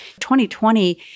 2020